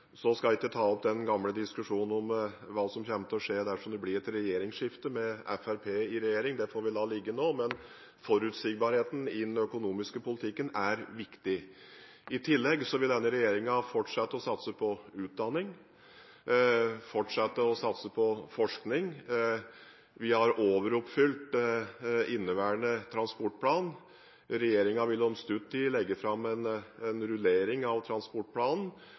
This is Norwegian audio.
skal ikke ta opp den gamle diskusjonen om hva som kommer til å skje dersom det blir et regjeringsskifte med Fremskrittspartiet i regjering – det får vi la ligge nå – men forutsigbarheten i den økonomiske politikken er viktig. I tillegg vil denne regjeringen fortsette å satse på utdanning, fortsette å satse på forskning. Vi har overoppfylt inneværende transportplan, og regjeringen vil om stutt tid legge fram en rullering av transportplanen.